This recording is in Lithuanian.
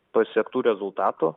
pasiektų rezultatų